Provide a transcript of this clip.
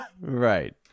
Right